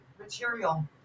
material